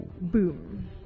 Boom